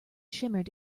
shimmered